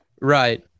right